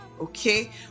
okay